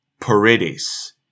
Paredes